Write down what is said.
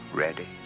ready